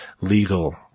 legal